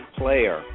player